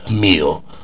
meal